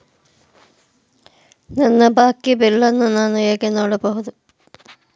ನನ್ನ ಬಾಕಿ ಬಿಲ್ ಅನ್ನು ನಾನು ಹೇಗೆ ನೋಡಬಹುದು?